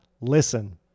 listen